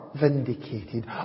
vindicated